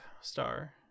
star